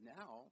now